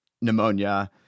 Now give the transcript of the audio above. pneumonia